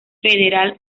federal